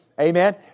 Amen